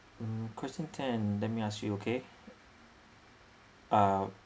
mm question ten let me ask you okay uh